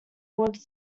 wood